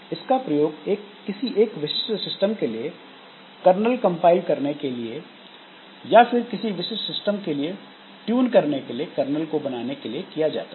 इसका प्रयोग किसी एक विशिष्ट सिस्टम के लिए कर्नल कंपाइल करने के लिए या फिर किसी विशिष्ट सिस्टम के लिए ट्यून करने के लिए हुए कर्नल को बनाने के लिए किया जाता है